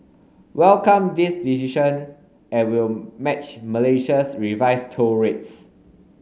welcome this decision and will match Malaysia's revised toll rates